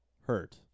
hurt